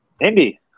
Andy